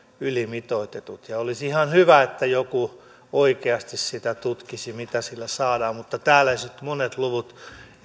ylimitoitetut olisi ihan hyvä että joku oikeasti sitä tutkisi mitä sillä saadaan mutta täällä esitetyt monet luvut